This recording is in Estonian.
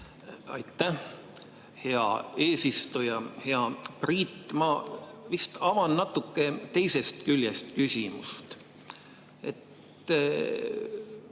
Aitäh, hea eesistuja! Hea Priit! Ma vist avan natuke teisest küljest küsimust.